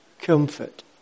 Comfort